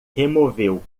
removeu